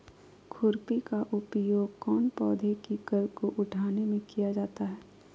खुरपी का उपयोग कौन पौधे की कर को उठाने में किया जाता है?